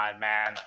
man